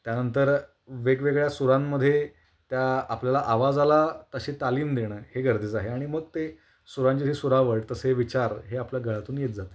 त्यानंतर वेगवेगळ्या सुरांमध्ये त्या आपल्याला आवाजाला तशी तालीम देणं हे गरजेचं आहे आणि मग ते सुरांची जी सुरावळ तसे विचार हे आपल्या गळ्यातून येत जातील